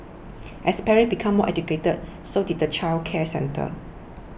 as parents became more educated so did the childcare centres